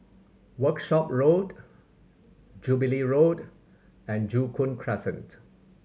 Workshop Road Jubilee Road and Joo Koon Crescent